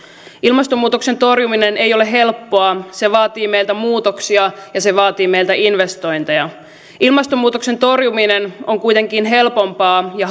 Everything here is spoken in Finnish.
ilmastonmuutoksen torjuminen ei ole helppoa se vaatii meiltä muutoksia ja se vaatii meiltä investointeja ilmastonmuutoksen torjuminen on kuitenkin helpompaa ja